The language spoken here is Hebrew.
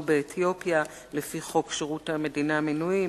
באתיופיה לפי חוק שירות המדינה (מינויים),